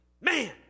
man